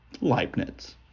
Leibniz